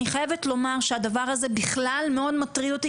הדבר הזה מאוד מטריד אותי,